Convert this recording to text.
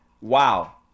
Wow